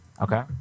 Okay